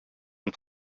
and